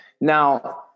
now